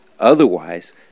Otherwise